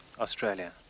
Australia